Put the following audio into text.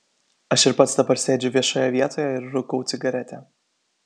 aš ir pats dabar sėdžiu viešoje vietoje ir rūkau cigaretę